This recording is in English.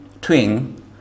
twin